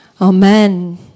Amen